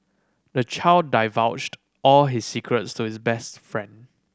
the child divulged all his secrets to his best friend